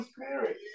Spirit